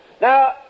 Now